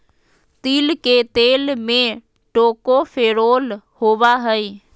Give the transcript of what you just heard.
तिल के तेल में टोकोफेरोल होबा हइ